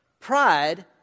pride